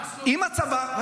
אם הצבא --- ממש לא.